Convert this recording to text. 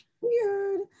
Weird